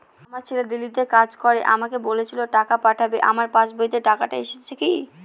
আমার ছেলে দিল্লীতে কাজ করে আমাকে বলেছিল টাকা পাঠাবে আমার পাসবইতে টাকাটা এসেছে কি?